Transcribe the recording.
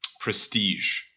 prestige